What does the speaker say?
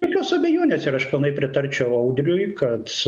jokios abejonės ir aš pilnai pritarčiau audriui kad